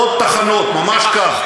עוד תחנות, ממש כך.